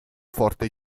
forte